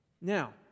Now